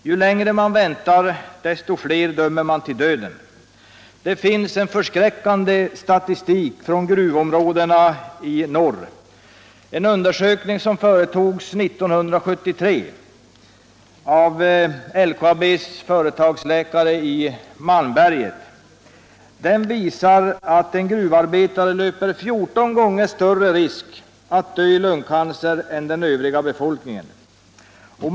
Ju längre man väntar, desto fler dömer man till döden. Det finns en förskräckande statistik från gruvområdena i norr. En undersökning som företogs 1973 av LKAB:s företagsläkare i Malmberget visar, att en gruvarbetare löper 14 gånger så stor risk som den övriga befolkningen att dö i lungcancer.